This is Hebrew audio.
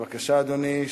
בבקשה, אדוני.